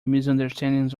misunderstandings